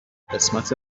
قسمت